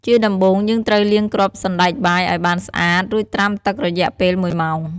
ជាដំបូង យើងត្រូវលាងគ្រាប់សណ្ដែកបាយឱ្យបានស្អាត រួចត្រាំទឹករយៈពេល ១ម៉ោង។